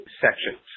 sections